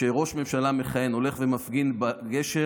כשראש ממשלה מכהן הולך ומפגין בגשר,